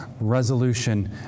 resolution